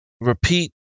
repeat